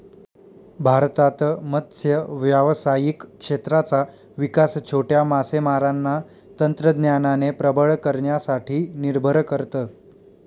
भारतात मत्स्य व्यावसायिक क्षेत्राचा विकास छोट्या मासेमारांना तंत्रज्ञानाने प्रबळ करण्यासाठी निर्भर करत